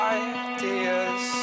ideas